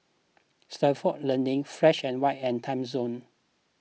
Stalford Learning Fresh and White and Timezone